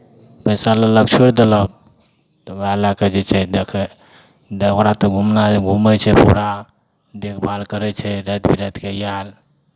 पैसा लेलक छोड़ि देलक तऽ उएह लऽ कऽ जे छै देखै दरोगा तऽ घुमनाइ घूमै छै पूरा देखभाल करै छै राति बिरातिकेँ यार